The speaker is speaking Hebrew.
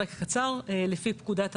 לפי פקודת הרוקחים,